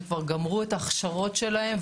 וכבר גמרו את ההכשרות שלהם,